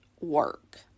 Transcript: work